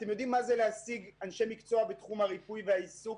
אתם יודעים מה זה להשיג אנשי מקצוע בתחום הריפוי בעיסוק?